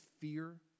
fear